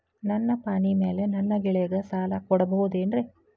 ನನ್ನ ಪಾಣಿಮ್ಯಾಲೆ ನನ್ನ ಗೆಳೆಯಗ ಸಾಲ ಕೊಡಬಹುದೇನ್ರೇ?